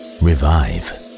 revive